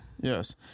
Yes